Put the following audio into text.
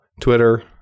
Twitter